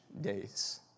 days